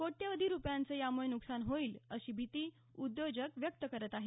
कोट्यवधी रुपयांचं यामुळं नुकसान होईल अशी भीती उद्योजक व्यक्त करत आहेत